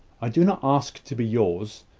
i do not ask to be yours,